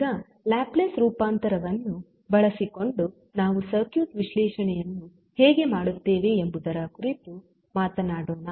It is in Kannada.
ಈಗ ಲ್ಯಾಪ್ಲೇಸ್ ರೂಪಾಂತರವನ್ನು ಬಳಸಿಕೊಂಡು ನಾವು ಸರ್ಕ್ಯೂಟ್ ವಿಶ್ಲೇಷಣೆಯನ್ನು ಹೇಗೆ ಮಾಡುತ್ತೇವೆ ಎಂಬುದರ ಕುರಿತು ಮಾತನಾಡೋಣ